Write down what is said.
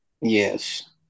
Yes